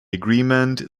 agreement